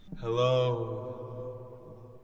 Hello